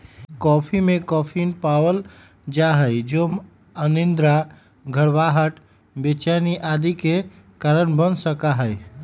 coffee में caffeine पावल जा हई जो अनिद्रा, घबराहट, बेचैनी आदि के कारण बन सका हई